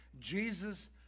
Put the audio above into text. Jesus